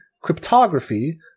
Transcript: cryptography